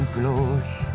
glory